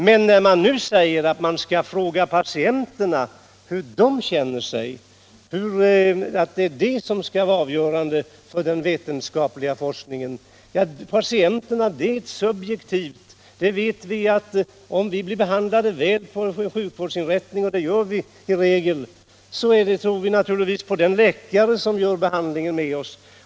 Det sades också att vi skall fråga patienterna hur de känner sig, för det är det som skall vara avgörande för den vetenskapliga forskningen. Ja, vi vet väl alla att om vi blir behandlade väl på en sjukvårdsinrättning — och det blir vi i regel — tror vi också på den läkare som behandlar oss.